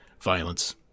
violence